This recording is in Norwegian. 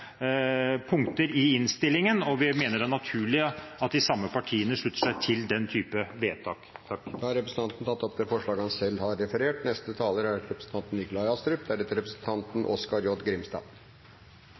punkter i innstillingen, og vi mener det er naturlig at de samme partiene slutter seg til den type vedtak. Representanten Terje Aasland har tatt opp det forslaget han refererte. Denne saken handler om hvorvidt det er